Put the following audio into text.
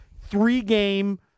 three-game